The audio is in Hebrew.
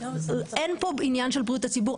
אין פה עניין של בריאות הציבור.